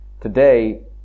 Today